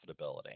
profitability